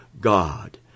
God